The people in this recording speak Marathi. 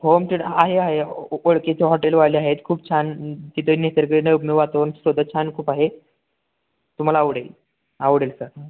होम थेटर आहे आहे ओळखीचे हॉटेलवाले आहेत खूप छान तिथे निसर्ग छान खूप आहे तुम्हाला आवडेल आवडेल सर हां